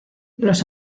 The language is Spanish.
los